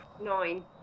Nine